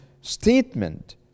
statement